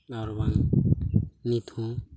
ᱟᱨᱵᱟᱝ ᱱᱤᱛᱦᱚᱸ